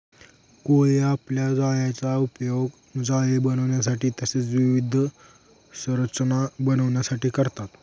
कोळी आपल्या जाळ्याचा उपयोग जाळी बनविण्यासाठी तसेच विविध संरचना बनविण्यासाठी करतात